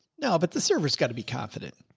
no, but the server's gotta be confident.